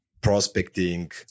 prospecting